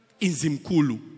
Inzimkulu